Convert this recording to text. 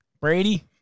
Brady